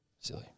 Silly